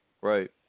Right